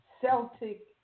Celtic